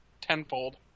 tenfold